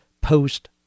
post